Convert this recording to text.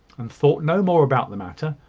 and thought no more about the matter,